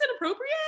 inappropriate